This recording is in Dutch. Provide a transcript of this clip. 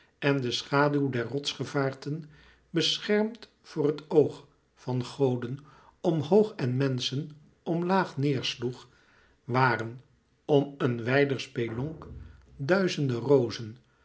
en de schaduw der rotsgevaarten beschermend voor het oog van goden omhoog en menschen omlaag neêr sloeg waren om een wijder spelonk duizende rozen